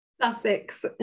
Sussex